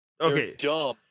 Okay